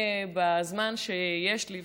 בזמן שיש לי,